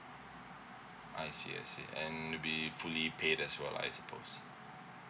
I see I see and be fully paid as well I suppose